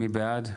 מי בעד?